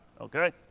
okay